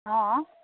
অঁ